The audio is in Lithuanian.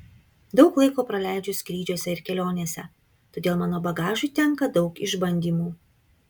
daug laiko praleidžiu skrydžiuose ir kelionėse todėl mano bagažui tenka daug išbandymų